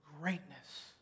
greatness